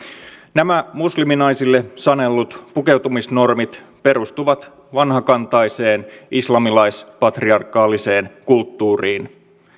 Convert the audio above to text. nämä musliminaisille sanellut pukeutumisnormit perustuvat vanhakantaiseen islamilais patriarkaaliseen kulttuuriin